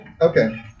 Okay